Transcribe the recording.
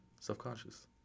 Self-conscious